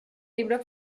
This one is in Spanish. libro